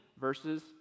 versus